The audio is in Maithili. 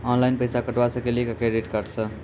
ऑनलाइन पैसा कटवा सकेली का क्रेडिट कार्ड सा?